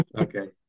Okay